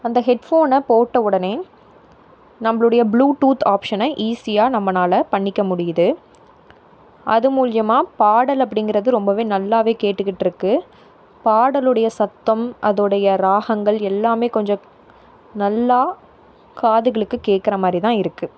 அந்த ஹெட்ஃபோனை போட்ட உடனே நம்மளுடைய ப்ளூடூத் ஆப்ஷனை ஈஸியாக நம்பளால பண்ணிக்க முடியுது அது மூலியமாக பாடல் அப்படிங்கிறது ரொம்ப நல்லா கேட்டுக்கிட்டு இருக்கு பாடலுடைய சத்தம் அதோட ராகங்கள் எல்லாம் கொஞ்சம் நல்லா காதுகளுக்கு கேக்கிற மாதிரி தான் இருக்கு